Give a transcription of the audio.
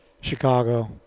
Chicago